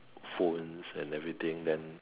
phones and everything then